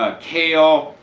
ah kale,